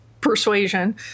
Persuasion